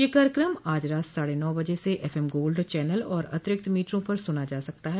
यह कार्यक्रम आज रात साढे नौ बजे से एफएम गोल्ड चैनल और अतिरिक्त मीटरों पर सुना जा सकता है